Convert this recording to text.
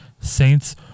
Saints